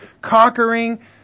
conquering